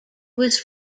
was